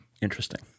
Interesting